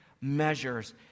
measures